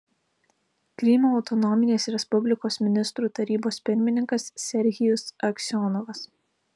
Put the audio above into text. krymo autonominės respublikos ministrų tarybos pirmininkas serhijus aksionovas